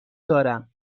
دارم